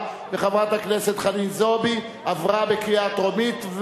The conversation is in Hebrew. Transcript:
שנומקה על-ידי שלמה מולה עברה בקריאה טרומית,